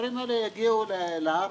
הדברים האלה יגיעו לארץ,